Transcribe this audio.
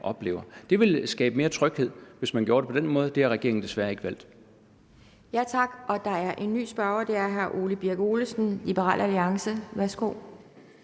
Det ville skabe mere tryghed, hvis man gjorde det på den måde – det har regeringen desværre ikke valgt.